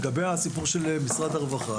לגבי הסיפור של משרד הרווחה,